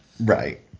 Right